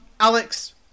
Alex